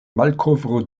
malkovro